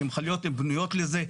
כי מכליות הם בנויות לזה,